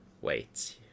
Wait